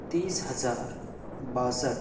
تیس ہزار باسٹھ